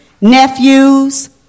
nephews